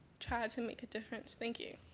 try to make a difference. thank you.